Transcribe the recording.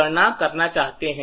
गणना करना चाहते हैं